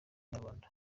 nyarwanda